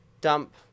dump –